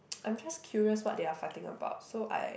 I'm just curious what they are fighting about so I